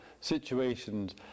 situations